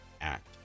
act